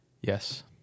Yes